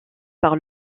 par